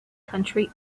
country